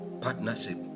partnership